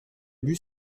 bus